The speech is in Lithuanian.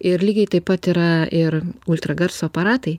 ir lygiai taip pat yra ir ultragarso aparatai